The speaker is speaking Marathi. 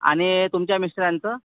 आणि तुमच्या मिस्टरांचं